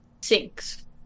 sinks